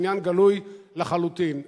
עניין גלוי לחלוטין.